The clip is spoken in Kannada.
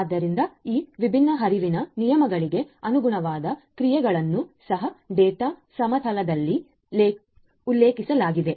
ಆದ್ದರಿಂದ ಈ ವಿಭಿನ್ನ ಹರಿವಿನ ನಿಯಮಗಳಿಗೆ ಅನುಗುಣವಾದ ಕ್ರಿಯೆಗಳನ್ನು ಸಹ ಡೇಟಾ ಸಮತಲದಲ್ಲಿ ಉಲ್ಲೇಖಿಸಲಾಗಿದೆ